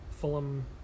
Fulham